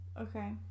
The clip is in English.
Okay